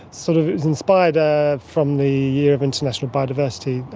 sort of it was inspired ah from the year of international biodiversity,